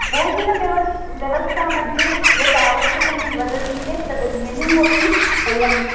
भोजनव्यवस् व्यवस्था मध्ये यद् आवश्यकमिति वदति चेत् तद् मेनु अपि वयम्